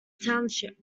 township